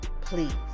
please